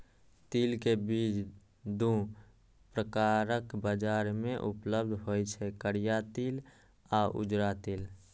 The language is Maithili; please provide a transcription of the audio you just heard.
तिल के बीज दू प्रकारक बाजार मे उपलब्ध होइ छै, करिया तिल आ उजरा तिल